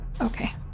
Okay